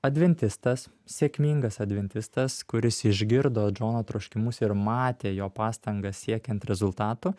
adventistas sėkmingas adventistas kuris išgirdo džono troškimus ir matė jo pastangas siekiant rezultatų